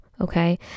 okay